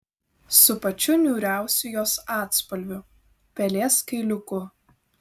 su pačiu niūriausiu jos atspalviu pelės kailiuku